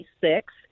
six